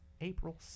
April